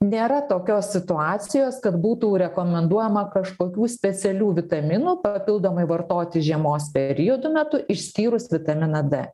nėra tokios situacijos kad būtų rekomenduojama kažkokių specialių vitaminų papildomai vartoti žiemos periodo metu išskyrus vitaminą d